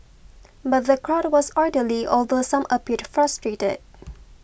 but the crowd was orderly although some appeared frustrated